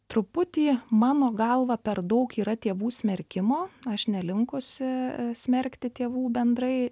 truputį mano galva per daug yra tėvų smerkimo aš nelinkusi smerkti tėvų bendrai